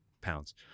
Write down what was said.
pounds